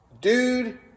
Dude